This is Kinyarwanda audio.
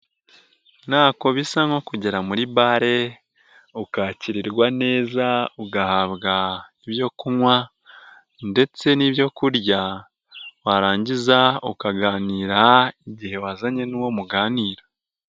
Ntako bisa nko kugera muri bare ukakirwa neza, ugahabwa ibyo kunywa ndetse n'ibyo kurya, warangiza ukaganira igihe wazanye n'uwo muganira.